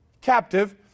captive